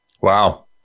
Wow